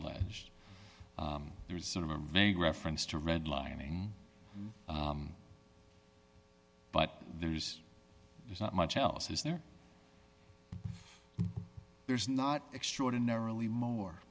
alleged there's sort of a vague reference to red lining but there's there's not much else is there there's not extraordinarily more